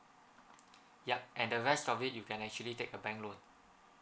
yup and the rest of it you can actually take a bank loan